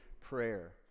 prayer